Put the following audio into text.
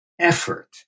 effort